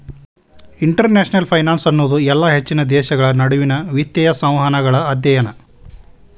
international finance ಅನ್ನೋದು ಇಲ್ಲಾ ಹೆಚ್ಚಿನ ದೇಶಗಳ ನಡುವಿನ್ ವಿತ್ತೇಯ ಸಂವಹನಗಳ ಅಧ್ಯಯನ